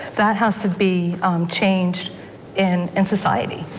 that has to be changed in in society.